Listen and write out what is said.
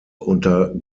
unter